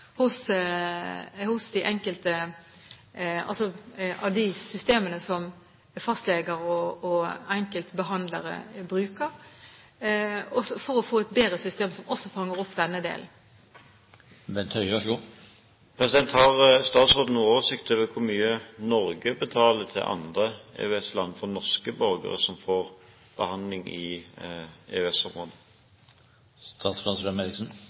som fastleger og enkeltbehandlere bruker, for å få et bedre system som også fanger opp denne delen. Har statsråden noen oversikt over hvor mye Norge betaler til andre EØS-land for norske borgere som får behandling i